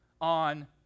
on